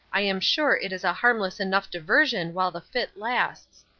i am sure it is a harmless enough diversion while the fit lasts.